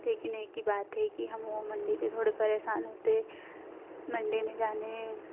लेकिन एक ही बात है कि हम वह मण्डी पर थोड़े परेशान होते हैं मण्डी में जाने